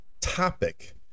topic